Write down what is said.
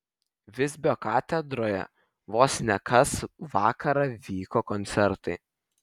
visbio katedroje vos ne kas vakarą vyko koncertai